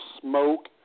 smoke